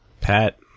Pat